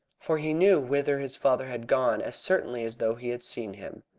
for he knew whither his father had gone as certainly as though he had seen him.